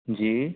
जी